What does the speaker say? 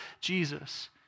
Jesus